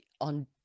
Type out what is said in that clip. on